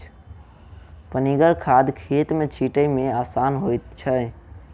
पनिगर खाद खेत मे छीटै मे आसान होइत छै